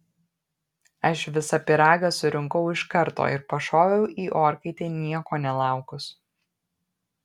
aš visą pyragą surinkau iš karto ir pašoviau į orkaitę nieko nelaukus